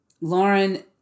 lauren